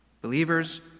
Believers